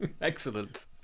Excellent